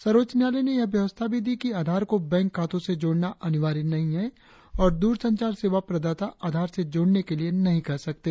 सर्वोच्च न्यायालय ने यह व्यवस्था भी दी कि आधार को बैंक खातों से जोड़ना अनिवार्य नहीं है और द्रसंचार सेवा प्रदाता आधार से जोड़ने के लिए नहीं कह सकते